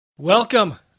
Welcome